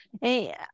Hey